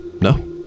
no